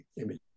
image